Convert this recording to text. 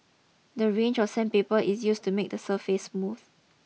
the range of sandpaper is used to make the surface smooth